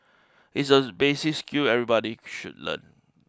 it's a basic skill everybody should learn